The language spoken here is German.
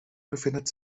befindet